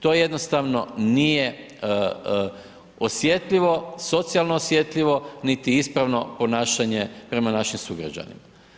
To jednostavno nije osjetljivo, socijalno osjetljivo niti ispravno ponašanje prema našim sugrađanima.